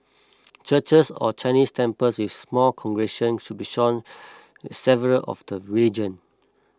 churches or Chinese temples with small congregations should be sharing with several of the religion